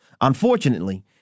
Unfortunately